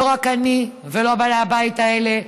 לא רק אני ולא באי הבית האלה,